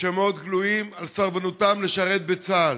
בשמות גלויים, על סרבנותם לשרת בצה"ל.